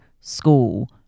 school